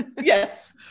Yes